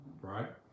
Right